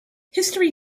history